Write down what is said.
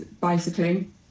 bicycling